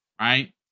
right